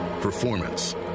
performance